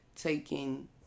taking